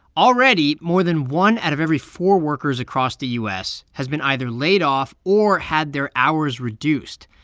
already, more than one out of every four workers across the u s. has been either laid off or had their hours reduced.